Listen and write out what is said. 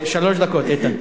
שלוש דקות, איתן.